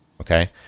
Okay